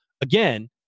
again